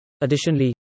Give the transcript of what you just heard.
Additionally